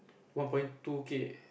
one point two K